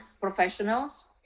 professionals